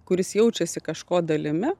kuris jaučiasi kažko dalimi